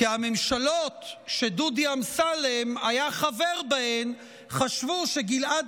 כי הממשלות שדודי אמסלם היה חבר בהן חשבו שגלעד